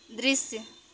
दृश्य